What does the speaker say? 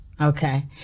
okay